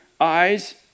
eyes